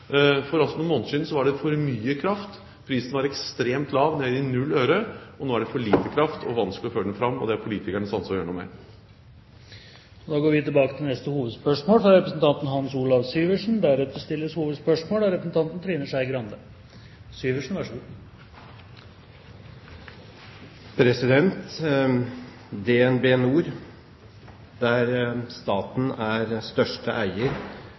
For noen måneder siden var det for mye kraft, og prisen var ekstremt lav – nede i 0 øre. Nå er det for lite kraft og vanskelig å føre den fram, og det er det politikernes ansvar å gjøre noe med. Vi går til neste hovedspørsmål.